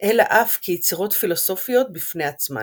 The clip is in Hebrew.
אלא אף כיצירות פילוסופיות בפני עצמן.